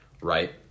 right